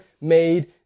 made